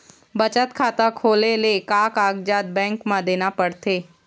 बचत खाता खोले ले का कागजात बैंक म देना पड़थे?